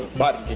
but!